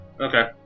Okay